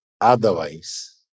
otherwise